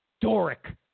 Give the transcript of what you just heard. Doric